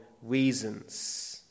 reasons